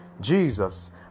Jesus